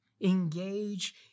engage